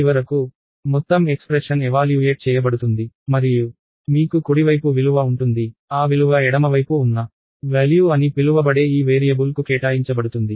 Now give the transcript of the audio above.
చివరకు మొత్తం expression evaluate చేయబడుతుంది మరియు మీకు కుడివైపు విలువ ఉంటుంది ఆ విలువ ఎడమవైపు ఉన్న value అని పిలువబడే ఈ వేరియబుల్కు కేటాయించబడుతుంది